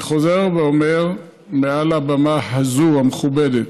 אני חוזר ואומר מעל הבמה הזו, המכובדת: